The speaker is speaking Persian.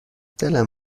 دلم